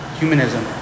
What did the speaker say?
humanism